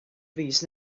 fis